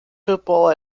football